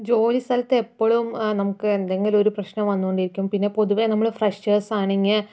ജോലി സ്ഥലത്ത് എപ്പോഴും നമുക്ക് എന്തെങ്കിലും ഒരു പ്രശ്നം വന്നുകൊണ്ടിരിക്കും പിന്നെ പൊതുവെ നമ്മൾ ഫ്രഷേഴ്സ് ആണെങ്കിൽ